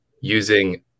using